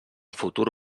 futur